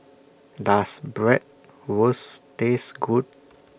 Does Bratwurst Taste Good